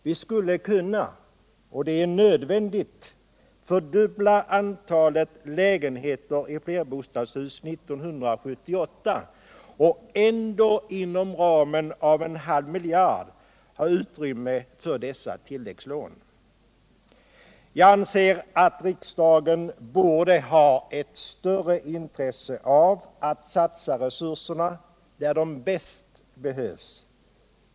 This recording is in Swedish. Vi skulle kunna — och det är nödvändigt — fördubbla antalet lägenheter i flerbostadshus 1978 och ändå inom ramen av en halv miljard ha utrymme för dessa tilläggslån. Jag anser att riksdagen borde ha ett större intresse av att satsa resurserna där de bäst behövs.